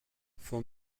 from